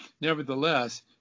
nevertheless